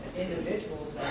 individuals